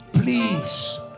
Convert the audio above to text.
Please